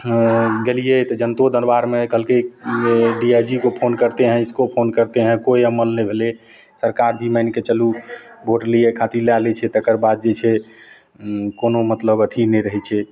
हँ गेलिए तऽ जनतो दरबारमे कहलकैए डी आइ जी को फोन करते हैं इसको फोन करते हैं कोइ अमल नहि भेलै सरकार भी मानिके चलू वोट लै खातिर लए लै छै तकरबाद जे छै ओ कोनो मतलब अथी नहि रहै छै